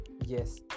yes